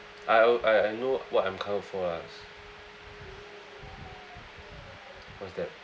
I oh I I know what I'm covered for lah what's that